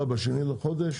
ב-2 לחודש